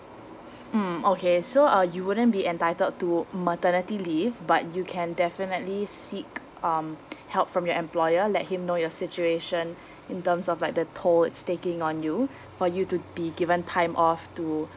mm okay so uh you wouldn't be entitled to maternity leave but you can definitely seek um help from your employer let him know your situation in terms of like the toll that's taking on you for you to be given time off to